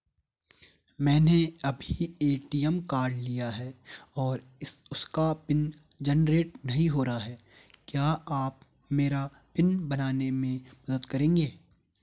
मैंने अभी ATM card लिया है और उसका पिन जेनरेट नहीं हो रहा है क्या आप मेरा पिन बनाने में मदद करेंगे?